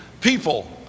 people